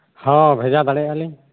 ᱦᱚᱸ ᱵᱷᱮᱡᱟ ᱫᱟᱲᱮᱭᱟᱜᱼᱟ ᱞᱤᱧ